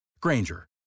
Granger